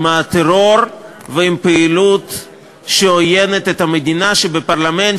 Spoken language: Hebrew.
עם הטרור ועם פעילות שעוינת את המדינה שבפרלמנט